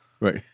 Right